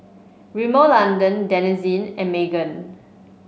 Rimmel London Denizen and Megan